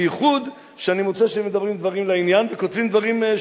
בייחוד כשאני מוצא שהם מדברים דברים לעניין וכותבים דברים,